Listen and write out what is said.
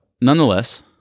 nonetheless